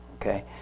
Okay